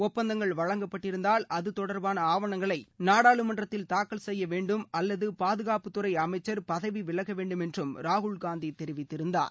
ஒப்பந்தங்கள் வழங்கப்பட்டிருந்தால் அது தொடர்பான ஆவனங்களை நாடாளுமன்றத்தில் தாக்கல் செய்ய வேண்டும் அல்லது பாதுகாப்புத்துறை அமைச்சர் பதவி விலக வேண்டும் என்ற ராகுல்காந்தி தெரிவித்திருந்தார்